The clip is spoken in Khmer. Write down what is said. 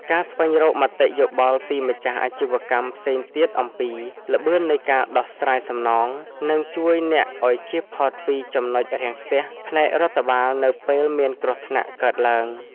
ការស្វែងរកមតិយោបល់ពីម្ចាស់អាជីវកម្មផ្សេងទៀតអំពី ល្បឿននៃការដោះស្រាយសំណង នឹងជួយអ្នកឱ្យជៀសផុតពី ចំណុចរាំងស្ទះ ផ្នែករដ្ឋបាលនៅពេលមានគ្រោះថ្នាក់កើតឡើង។